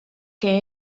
que